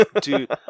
Dude